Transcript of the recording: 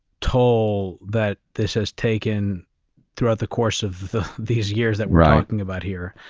toll that this has taken throughout the course of these years that we're ah talking about here.